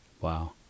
Wow